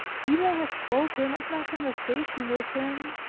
he may have spoken of my conversation with him,